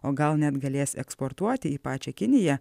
o gal net galės eksportuoti į pačią kiniją